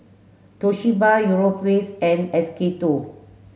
Toshiba Europace and S K two